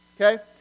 okay